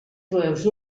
jueus